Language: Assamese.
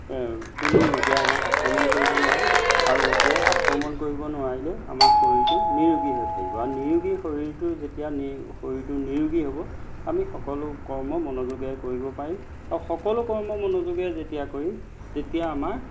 কোনো ৰোগে আমাক আক্ৰমণ কৰিব নোৱাৰে আৰু ৰোগে আক্ৰমণ কৰিব নোৱাৰিলে আমাৰ শৰীৰটো নিৰোগী হৈ থাকিব আৰু নিৰোগী শৰীৰটো যেতিয়া শৰীৰটো নিৰোগী হ'ব আমি সকলো কৰ্ম মনোযোগেৰে কৰিব পাৰিম আৰু সকলো কৰ্ম মনোযোগেৰে যেতিয়া কৰিম তেতিয়া আমাৰ